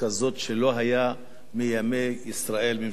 כשלא היתה בימי ישראל ממשלה כזאת?